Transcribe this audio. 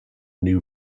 new